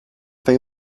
they